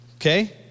okay